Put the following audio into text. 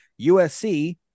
usc